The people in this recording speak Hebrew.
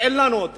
שאין לנו.